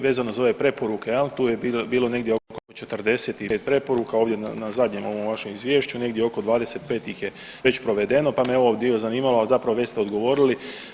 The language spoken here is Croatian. Vezano za ove preporuke jel tu je bilo negdje oko 45 preporuka ovdje na zadnjem ovom vašem izvješću, negdje oko 25 ih je već provedeno pa me evo dio zanimalo, a zapravo već ste odgovorili.